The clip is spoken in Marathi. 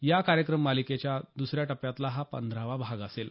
या कार्यक्रम मालिकेच्या दसऱ्या टप्प्यातला हा पंधरावा भाग असेल